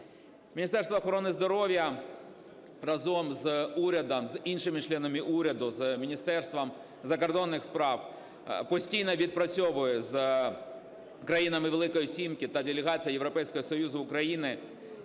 Міністерство охорони здоров'я разом з урядом, з іншими членами уряду, з Міністерством закордонних справ постійно відпрацьовує з країнами "Великої сімки" та делегацією Європейського Союзу в Україні